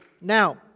Now